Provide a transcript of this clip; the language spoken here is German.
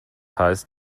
heißt